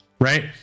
right